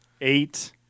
Eight